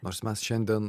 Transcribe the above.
nors mes šiandien